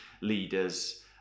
leaders